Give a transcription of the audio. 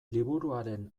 liburuaren